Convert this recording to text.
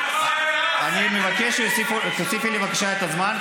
אני מבקש שתוסיפי לי בבקשה את הזמן,